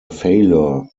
failure